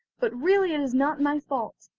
but really it is not my fault.